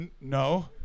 no